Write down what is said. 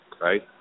right